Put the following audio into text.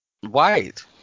white